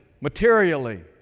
materially